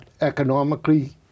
economically